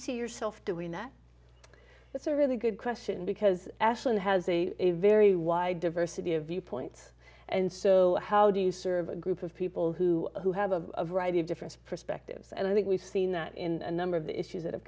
see yourself doing that that's a really good question because ashland has a very wide diversity of viewpoint and so how do you serve a group of people who who have a variety of different perspectives and i think we've seen that in a number of issues that have